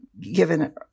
given